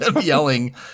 Yelling